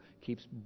keeps